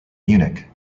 munich